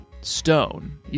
stone